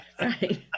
Right